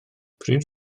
pryd